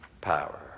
power